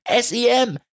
SEM